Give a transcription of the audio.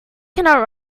cannot